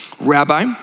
Rabbi